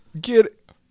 get